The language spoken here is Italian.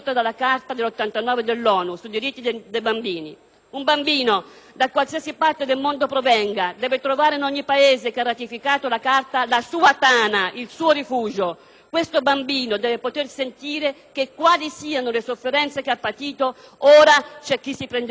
Un bambino, da qualsiasi parte del mondo provenga, deve trovare in ogni Paese che ha ratificato la Carta la sua tana, il suo rifugio. Il bambino deve poter sentire che quali che siano le sofferenze che ha patito ora c'è chi si prenderà cura di lui e non lo abbandonerà.